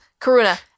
Karuna